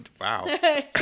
Wow